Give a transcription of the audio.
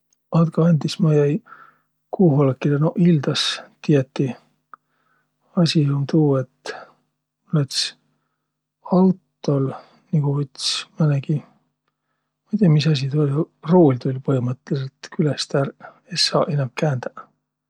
Tervüst! Andkõq andis, et ma ildas jäi.